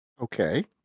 Okay